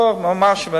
ממש בכוח.